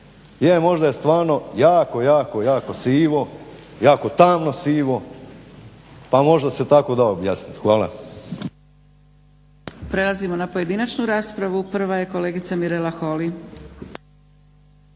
možda je stvarno jako, jako, jako sivo, jako tamno sivo pa možda se tako da objasnit. Hvala.